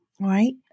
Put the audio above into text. right